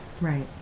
Right